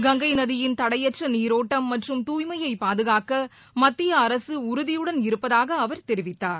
கங்கை நதியின் தடையற்ற நீரோட்டம் மற்றும் தூய்மையை பாதுகாக்க மத்திய அரசு உறுதியுடன் இருப்பதாக அவர் தெரிவித்தார்